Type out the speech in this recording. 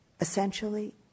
essentially